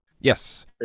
Yes